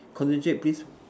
concentrate please